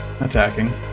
attacking